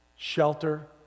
Shelter